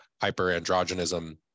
hyperandrogenism